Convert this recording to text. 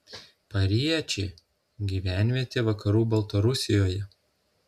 pariečė gyvenvietė vakarų baltarusijoje